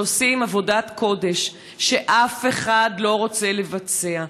שעושים עבודת קודש שאף אחד לא רוצה לבצע.